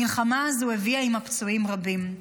המלחמה הזו הביאה עמה פצועים רבים,